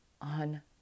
On